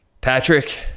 Patrick